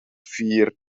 vier